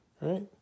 Right